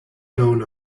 known